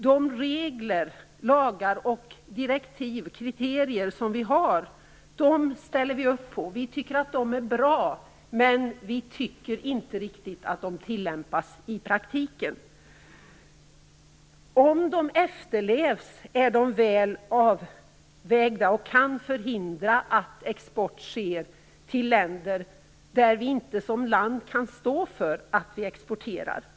De regler, lagar, direktiv och kriterier som vi har ställer vi upp på. Vi tycker att de är bra, men vi tycker inte riktigt att de tillämpas i praktiken. Om kriterierna efterlevs är de väl avvägda och kan förhindra att export sker till länder som vi som land inte kan stå för att vi exporterar till.